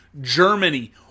Germany